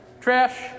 trash